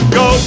go